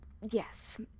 Yes